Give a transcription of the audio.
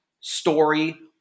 story